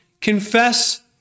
Confess